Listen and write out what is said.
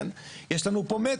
יש לנו פה מת,